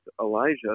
Elijah